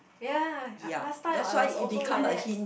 ya uh last time I was also like that